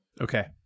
Okay